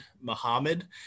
Muhammad